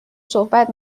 صحبت